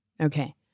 okay